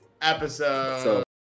episode